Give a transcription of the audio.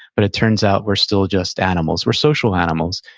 but it turns out we're still just animals, we're social animals,